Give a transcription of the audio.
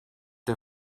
der